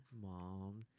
mom